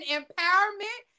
empowerment